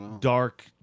dark